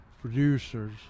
producers